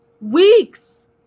weeks